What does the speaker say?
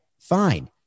fine